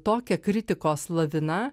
tokia kritikos lavina